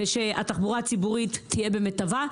ושהתחבורה הציבורית תהיה במיטבה.